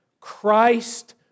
Christ